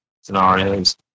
scenarios